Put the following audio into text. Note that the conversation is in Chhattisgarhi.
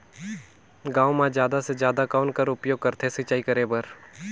गांव म जादा से जादा कौन कर उपयोग करथे सिंचाई करे बर?